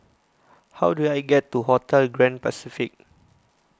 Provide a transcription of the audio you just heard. how do I get to Hotel Grand Pacific